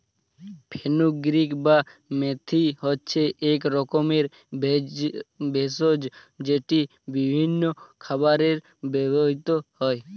fenugreek বা মেথি হচ্ছে এক রকমের ভেষজ যেটি বিভিন্ন খাবারে ব্যবহৃত হয়